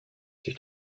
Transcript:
sich